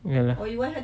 ya lah